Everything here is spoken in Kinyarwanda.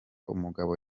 umugabo